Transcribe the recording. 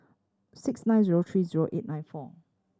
six nine zero three zero eight nine four